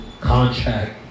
contract